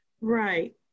right